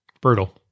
brutal